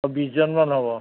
বিছজন মান হ'ব